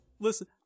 listen